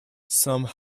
some